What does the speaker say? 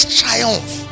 triumph